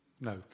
No